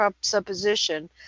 supposition